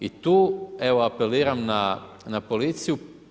I tu, evo, apeliram na policiju.